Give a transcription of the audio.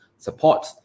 Support